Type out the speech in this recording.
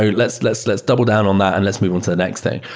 so let's let's let's double down on that and let's move on to the next thing.